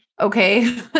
Okay